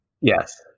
Yes